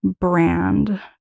brand